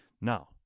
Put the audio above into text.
Now